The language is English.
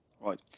Right